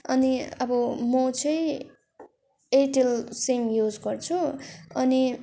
अनि अब म चाहिँ एयरटेल सिम युज गर्छु अनि